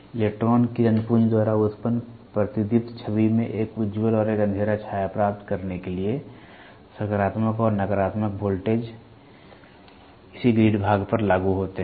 electron किरण पुंज द्वारा उत्पन्न प्रतिदीप्त छवि में एक उज्ज्वल और एक अंधेरा छाया प्राप्त करने के लिए सकारात्मक और नकारात्मक वोल्टेज इसी ग्रिड भाग पर लागू होते हैं